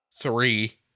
three